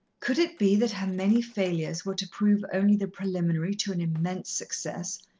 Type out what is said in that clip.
could it be that her many failures were to prove only the preliminary to an immense success,